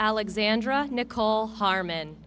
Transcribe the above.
alexandra nichol harman